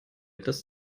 das